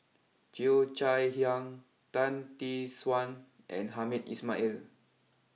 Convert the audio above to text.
Cheo Chai Hiang Tan Tee Suan and Hamed Ismail